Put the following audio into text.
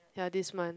ya this month